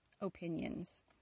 opinions